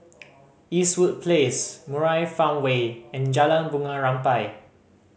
Eastwood Place Murai Farmway and Jalan Bunga Rampai